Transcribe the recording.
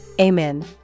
Amen